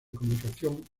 comunicación